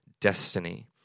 destiny